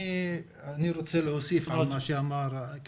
אני רוצה להוסיף על דבריו של עאטף